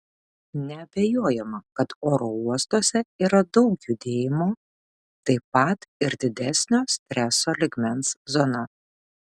neabejojama kad oro uostuose yra daug judėjimo taip pat ir didesnio streso lygmens zona